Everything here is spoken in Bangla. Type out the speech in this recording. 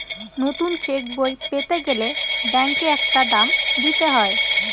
নতুন চেকবই পেতে গেলে ব্যাঙ্কে একটা দাম দিতে হয়